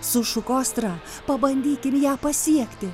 sušuko astra pabandykim ją pasiekti